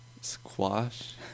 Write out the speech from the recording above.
Squash